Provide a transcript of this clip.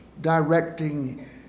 directing